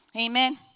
Amen